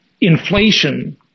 inflation